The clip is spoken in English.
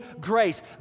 grace